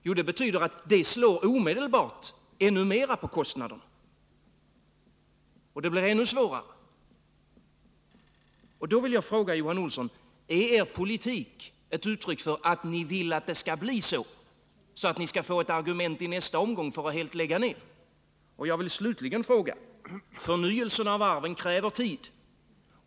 Jo, det betyder att det slår omedelbart ännu mera på kostnaderna och att det blir ännu svårare. Då vill jag fråga Johan Olsson: Är er politik ett uttryck för att ni vill att det skall bli så, så att ni skall få ett argument i nästa omgång för att helt lägga ner? Förnyelsen av varven kräver tid.